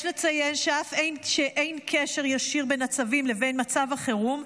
יש לציין שאף שאין קשר ישיר בין הצווים לבין מצב החירום,